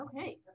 Okay